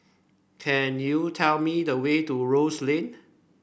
can you tell me the way to Rose Lane